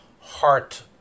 heart